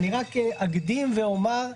אני רק אקדים ואומר,